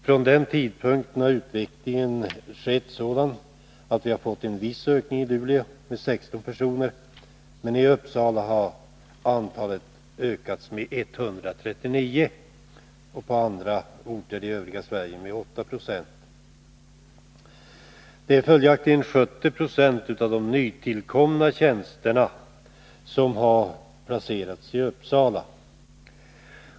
Efter den tidpunkten har utvecklingen skett så, att vi i Luleå har fått en viss ökning av antalet anställda med 16 personer, medan antalet i Uppsala har ökats med 139. På vissa orter i övriga Sverige har ökningen varit 8 90. Följaktligen har 70 96 av de nytillkomna tjänsterna placerats i Uppsala.